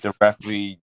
directly